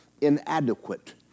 inadequate